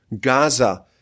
Gaza